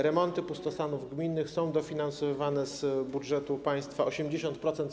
Remonty pustostanów gminnych są dofinansowywane z budżetu państwa, 80% z